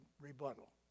rebuttal